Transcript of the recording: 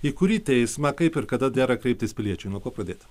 į kurį teismą kaip ir kada dera kreiptis piliečiui nuo ko pradėt